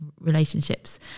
relationships